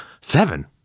Seven